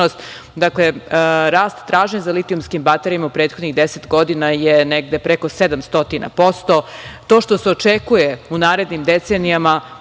Dakle, rast tražnje za litijumskim baterijama prethodnih deset godina je negde preko 700%. To što se očekuje u narednim decenijama,